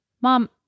Mom